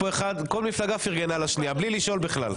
מול כל הגזל אפרת רייטן, נתנו להם בכלכלה.